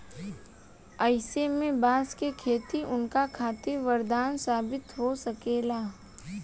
अईसे में बांस के खेती उनका खातिर वरदान साबित हो सकता